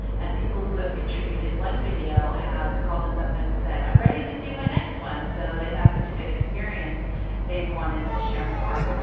and people who have contributed one video have called us up and said, i'm ready to do my next one. so they've had such a good experience they wanted to share more.